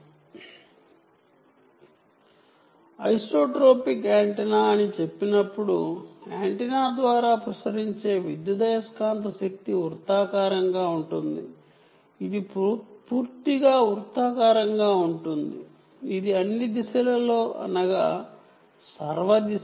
isotropic antenna ఉంది అని అనుకుందాం ఐసోట్రోపిక్ యాంటెన్నా అని చెప్పినప్పుడు యాంటెన్నా ద్వారా ప్రసరించే విద్యుదయస్కాంత శక్తి పూర్తిగా వృత్తాకారంగా ఉంటుంది ఇది అన్ని దిశలలో అనగా ఓమ్నిఓమ్ని దిశల్లో ఉంటుంది